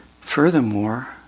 furthermore